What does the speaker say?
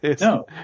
No